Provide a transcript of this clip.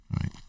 right